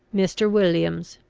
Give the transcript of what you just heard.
mr. williams,